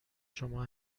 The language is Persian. شما